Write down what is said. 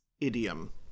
idiom